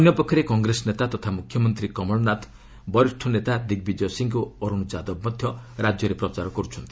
ଅନ୍ୟପକ୍ଷରେ କଂଗ୍ରେସ ନେତା ତଥା ମୁଖ୍ୟମନ୍ତ୍ରୀ କମଳନାଥ ବରିଷ୍ଣ ନେତା ଦିଗ୍ବିଜୟ ସିଂ ଓ ଅରୁଣ ଯାଦବ ମଧ୍ୟ ରାଜ୍ୟରେ ପ୍ରଚାର କରୁଛନ୍ତି